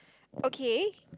okay